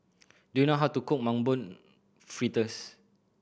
do you know how to cook Mung Bean Fritters